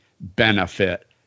benefit